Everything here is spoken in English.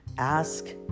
Ask